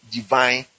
Divine